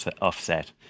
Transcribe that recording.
offset